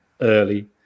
early